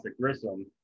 Grissom